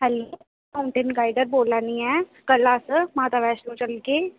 hello mountain guider बोल्ला नी ऐं कल्ल अस माता वैष्णो चलगे